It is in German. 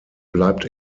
bleibt